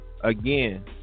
again